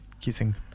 Kissing